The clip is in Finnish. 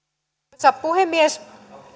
arvoisa puhemies